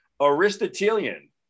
aristotelian